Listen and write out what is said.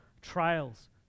trials